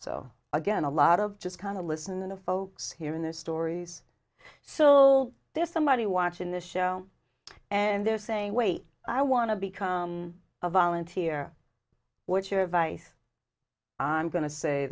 so again a lot of just kind of listening to folks here in the stories so there's somebody watching this show and they're saying wait i want to become a volunteer what's your advice i'm going to say